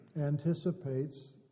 anticipates